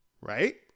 right